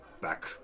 back